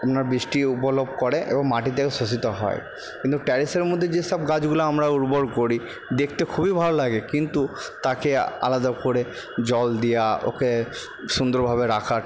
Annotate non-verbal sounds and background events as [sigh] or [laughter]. আপনার বৃষ্টি [unintelligible] করে এবং মাটিতেও শোষিত হয় কিন্তু ট্যারিসের মধ্যে যেসব গাছগুলা আমরা উর্বর করি দেখতে খুবই ভালো লাগে কিন্তু তাকে আলাদা করে জল দিয়া ওকে সুন্দরভাবে রাখা